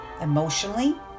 emotionally